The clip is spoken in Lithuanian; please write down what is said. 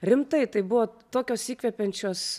rimtai tai buvo tokios įkvepiančios